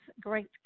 great